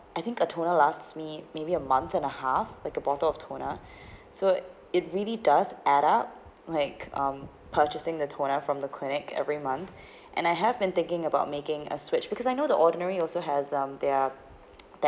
I think a toner last me maybe a month and a half like a bottle of toner so it really does add up like um purchasing the toner from the clinic every month and I have been thinking about making a switch because I know The Ordinary also has um their that